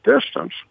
distance